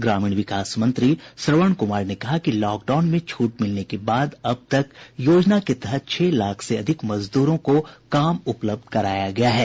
ग्रामीण विकास मंत्री श्रवण कुमार ने कहा कि लॉकडाउन में छूट मिलने के बाद अब तक योजना के तहत छह लाख से अधिक मजदूरों को काम उपलब्ध कराया गया है